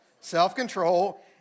self-control